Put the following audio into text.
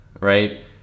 right